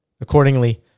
Accordingly